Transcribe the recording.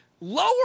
Lower